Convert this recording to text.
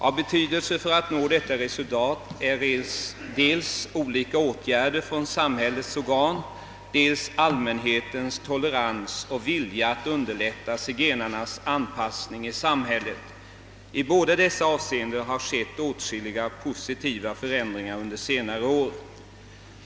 Av betydelse för att nå detta resultat är dels olika åtgärder från samhällets organ, dels allmänhetens tolerans och vilja att underlätta zigenarnas anpassning i samhället. I båda dessa avseenden har det skett åtskilliga positiva förändringar under senare år.